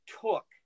took